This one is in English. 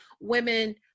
women